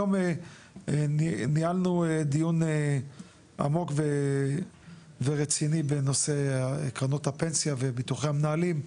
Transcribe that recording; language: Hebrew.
היום ניהלנו דיון עמוק ורציני בנושא קרנות הפנסיה וביטוחי המנהלים,